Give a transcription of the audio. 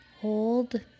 Hold